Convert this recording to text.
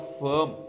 firm